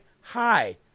hi